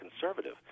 conservative